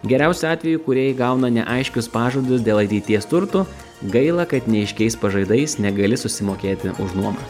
geriausiu atveju kūrėjai gauna ne aiškius pažadus dėl ateities turtų gaila kad neaiškiais pažadais negali susimokėti už nuomą